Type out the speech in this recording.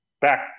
back